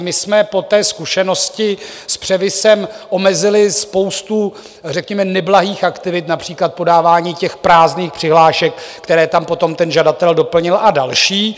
My jsme po té zkušenosti s převisem omezili spoustu řekněme neblahých aktivit, například podávání prázdných přihlášek, které tam potom ten žadatel doplnil, a další.